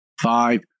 Five